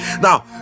now